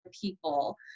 people